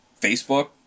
Facebook